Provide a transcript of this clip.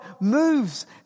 moves